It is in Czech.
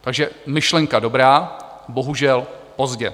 Takže myšlenka dobrá, bohužel pozdě.